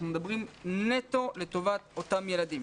אנחנו מדברים נטו לטובת אותם ילדים.